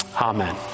Amen